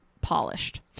polished